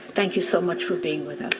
thank you so much for being with